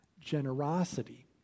generosity